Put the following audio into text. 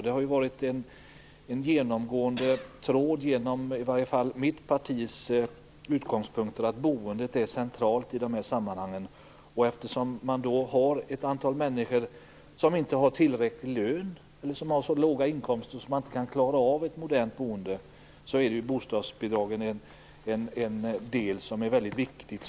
Detta har varit en genomgående tråd i åtminstone mitt partis utgångspunkter - boendet är centralt i de här sammanhangen. Eftersom det finns ett antal människor som inte har tillräcklig lön, eller som har så låga inkomster att det inte kan klara av ett modernt boende är bostadsbidragen en väldigt viktig del.